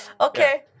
Okay